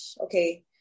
Okay